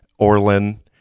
Orlin